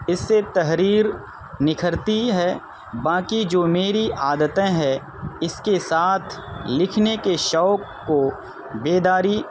اس سے تحریر نکھرتی ہے باقی جو میری عادتیں ہے اس کے ساتھ لکھنے کے شوق کو بیداری